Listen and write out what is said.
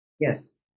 Yes